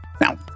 Now